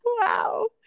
wow